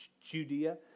Judea